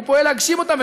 והוא פועל להגשים אותן,